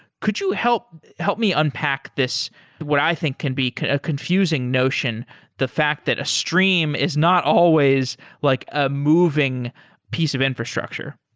could you help help me unpack this what i think can be a confusing notion the fact that a stream is not always like a moving piece of infrastructure